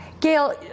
gail